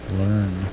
learn